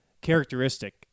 characteristic